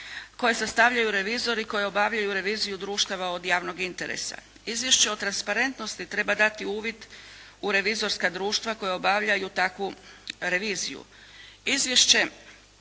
koje sastavljaju revizori koji obavljaju reviziju društava od javnog interesa. Izvješće o transparentnosti treba dati uvid u revizorska društva koja obavljaju takvu reviziju.